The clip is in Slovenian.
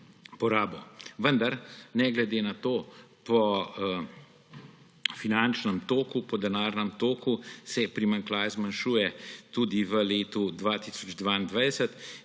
porabo. Vendar ne glede na to, po finančnem toku, po denarnem toku se primanjkljaj zmanjšuje tudi v letu 2022